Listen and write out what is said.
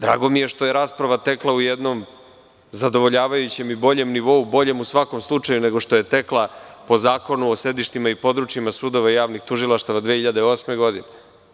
Drago mi je što je rasprava tekla u jednom zadovoljavajućem i boljem nivou, boljem u svakom slučaju, nego što je tekla po Zakonu o sedištima i područjima sudova i javnih tužilaštava 2008. godine.